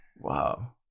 Wow